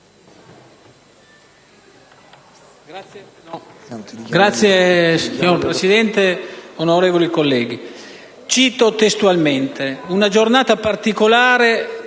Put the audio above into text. *(PD)*. Signor Presidente, onorevoli colleghi, cito testualmente: «Una giornata particolare